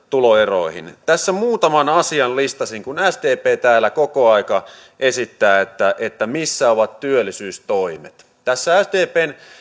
tuloeroihin tässä muutaman asian listasin kun sdp täällä koko aika esittää että että missä ovat työllisyystoimet tässä sdpn